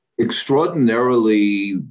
extraordinarily